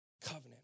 covenant